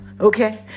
okay